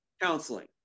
Counseling